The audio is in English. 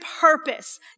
purpose